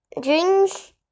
drinks